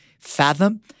Fathom